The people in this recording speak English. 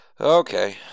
Okay